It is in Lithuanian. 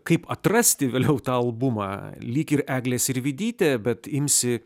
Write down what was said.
kaip atrasti vėliau tą albumą lyg ir eglė sirvydytė bet imsi